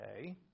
okay